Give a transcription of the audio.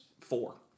four